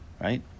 Right